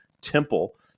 temple